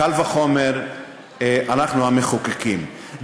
קל וחומר אנחנו המחוקקים,